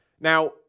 Now